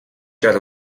жаал